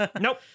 Nope